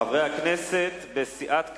חברי הכנסת מסיעת קדימה,